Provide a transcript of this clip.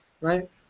right